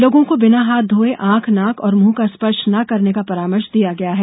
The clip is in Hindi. लोगों को बिना हाथ धोये आंख नाक और मुंह का स्पर्श न करने का परामर्श दिया गया है